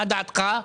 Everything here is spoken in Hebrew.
מה דעתך?